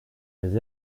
des